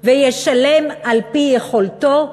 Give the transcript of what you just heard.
וישלם על-פי יכולתו,